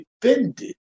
defended